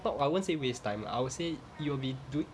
but I won't say waste time lah I would say you'll be doing